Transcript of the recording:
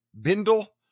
bindle